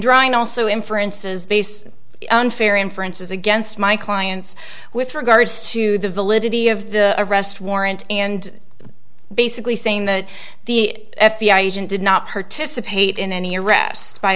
drawing also inferences based unfair inferences against my clients with regards to the validity of the arrest warrant and basically saying that the f b i agent did not participate in any arrests by